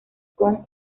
con